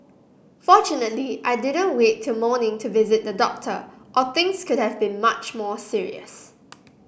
fortunately I didn't wait till morning to visit the doctor or things could have been much more serious